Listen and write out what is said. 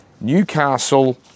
Newcastle